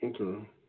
Okay